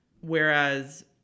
whereas –